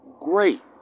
great